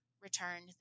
returned